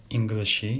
English